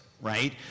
right